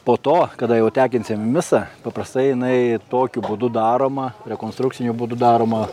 po to kada jau tekinsim misą paprastai jinai tokiu būdu daroma rekonstrukciniu būdu daroma